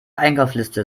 einkaufsliste